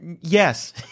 Yes